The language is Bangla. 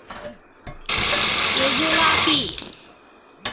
এজোলা কি?